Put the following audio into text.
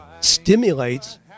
stimulates